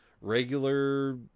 regular